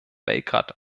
belgrad